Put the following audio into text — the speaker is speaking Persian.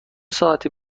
ساعتی